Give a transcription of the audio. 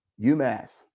UMass